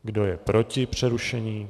Kdo je proti přerušení?